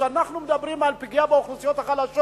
כשאנחנו מדברים על פגיעה באוכלוסיות החלשות,